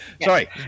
Sorry